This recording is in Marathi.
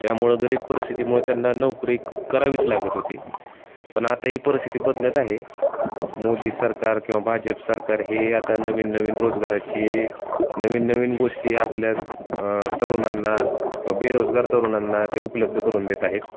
त्यामुळं गरीब परिस्थितीमुळे त्यांना नोकरी करावीच लागत होती पण आता ही परिस्थिती बदलत आहे मोदी सरकार किंवा भाजप सरकार हे आता नवीन नवीन रोजगाराची नवीन नवीन गोष्टी आपल्या तरुणांना किंवा बेरोजगार तरुणांना ते उपलब्ध करून देत आहेत